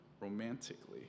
romantically